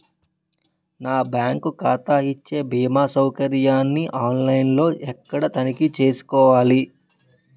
నా బ్యాంకు ఖాతా ఇచ్చే భీమా సౌకర్యాన్ని ఆన్ లైన్ లో ఎక్కడ తనిఖీ చేసుకోవాలి?